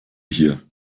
hier